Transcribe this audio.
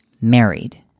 married